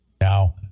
Now